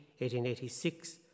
1886